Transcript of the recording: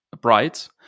bright